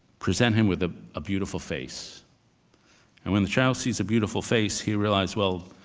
present him with ah a beautiful face and when the child sees a beautiful face, he realized, well,